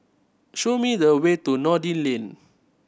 show me the way to Noordin Lane